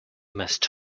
must